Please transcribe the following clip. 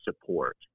support